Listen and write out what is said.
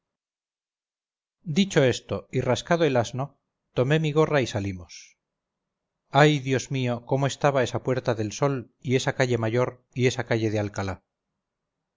dicho esto y rascado el asno tomé mi gorra y salimos ay dios mío cómo estaba esa puerta del sol y esa calle mayor y esa calle de alcalá